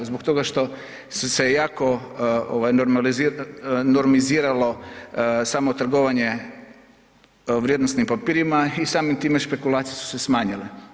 Zbog toga što su se jako ovaj normiziralo samo trgovanje vrijednosnim papirima i samim time špekulacije su se smanjile.